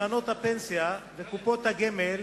קרנות הפנסיה וקופות הגמל